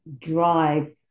Drive